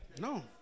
No